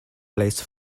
release